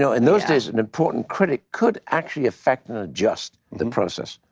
so and those days, an important critic could actually affect and adjust the process.